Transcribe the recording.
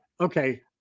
okay